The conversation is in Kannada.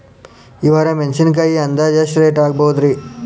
ಈ ವಾರ ಮೆಣಸಿನಕಾಯಿ ಅಂದಾಜ್ ಎಷ್ಟ ರೇಟ್ ಆಗಬಹುದ್ರೇ?